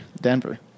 Denver